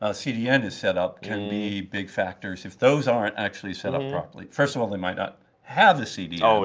ah cdn is set up can be big factors if those aren't actually set up properly. first of all, they might not have the cdn.